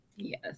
Yes